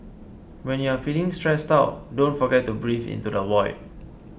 when you are feeling stressed out don't forget to breathe into the void